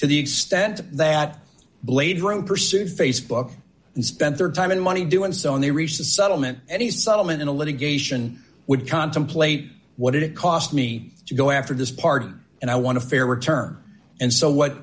to the extent that blade room pursued facebook and spent their time and money doing so and they reached the settlement any settlement in the litigation would contemplate what it cost me to go after this pardon and i want a fair return and so what